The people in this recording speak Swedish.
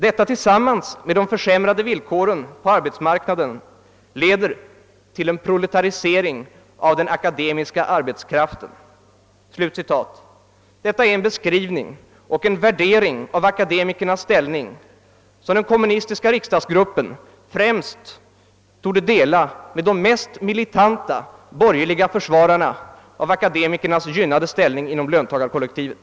Detta tillsammans med de försämrade villkoren på arbetsmarknaden leder till en proletarisering av den akademiska arbetskraften.» Detta är en beskrivning och en värdering av akademikernas ställning som den kommunistiska riksdagsgruppen främst torde dela med de mest militanta borgerliga försvararna av akademikernas privilegierade ställning inom löntagarkollektivet.